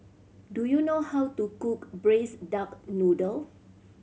do you know how to cook Braised Duck Noodle